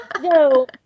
No